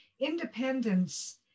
independence